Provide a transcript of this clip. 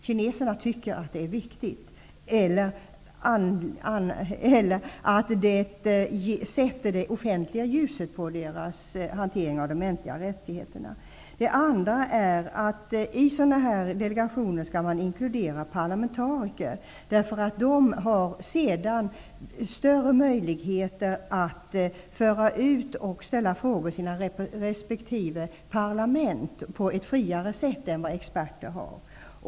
Kineserna tycker att det är viktigt, och att det riktar det offentliga ljuset mot hanteringen av de mänskliga rättigheterna. Den andra synpunkten är att man skall inkludera parlamentariker i sådana delegationer. De har sedan större möjligheter att föra fram och ställa frågor i sina resp. parlament på ett friare sätt än vad experter har.